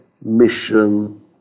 mission